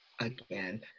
again